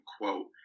quote